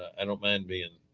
i don't mind being